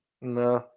No